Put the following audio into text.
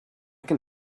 can